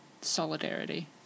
Solidarity